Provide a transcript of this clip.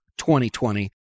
2020